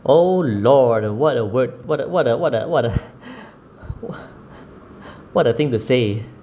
oh lord what a word what a what a what a what a what a thing to say